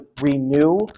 renew